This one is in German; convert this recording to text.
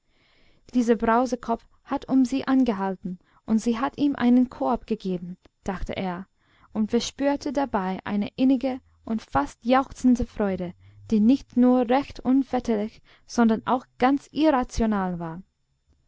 dieser brausekopf hat um sie angehalten und sie hat ihm einen korb gegeben dachte er und verspürte dabei eine innige und fast jauchzende freude die nicht nur recht unvetterlich sondern auch ganz irrational war